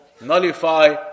nullify